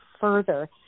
further